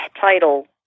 title